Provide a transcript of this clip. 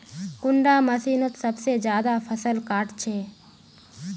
कुंडा मशीनोत सबसे ज्यादा फसल काट छै?